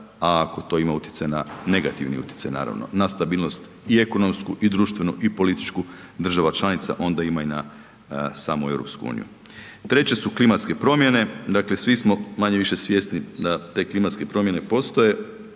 a ako to ima utjecaj na, negativni utjecaj naravno, na stabilnost i ekonomsku i društvenu i političku država članica onda ima i na samu EU. Treće su klimatske promjene, dakle svi smo manje-više svjesni da te klimatske promjene postoje.